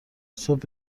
صبح